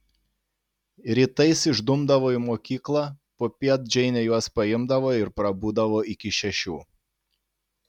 rytais išdumdavo į mokyklą popiet džeinė juos paimdavo ir prabūdavo iki šešių